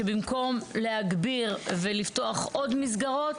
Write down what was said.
שבמקום להגביר ולפתוח עוד מסגרות,